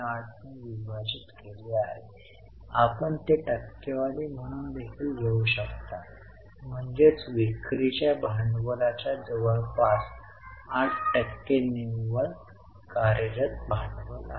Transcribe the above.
08 ने विभाजित केले आहे आपण ते टक्केवारी म्हणून देखील घेऊ शकता म्हणजेच विक्रीच्या भांडवलाच्या जवळपास 8 टक्के निव्वळ कार्यरत भांडवल आहे